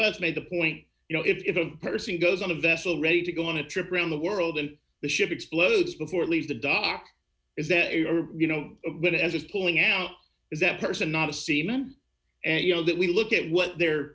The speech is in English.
us made the point you know if a person goes on a vessel ready to go on a trip around the world and the ship explodes before it leaves the dock is that you know that as it's pulling out is that person not a seaman and you know that we look at what they're